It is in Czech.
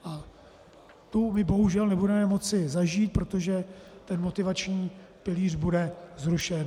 A tu my bohužel nebudeme moci zažít, protože ten motivační pilíř bude zrušen.